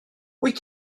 wyt